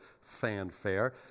fanfare